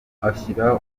ashyira